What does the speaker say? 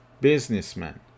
Businessman